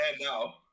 now